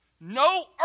no